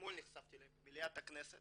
שאתמול במליאת הכנסת